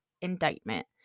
indictment